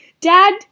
Dad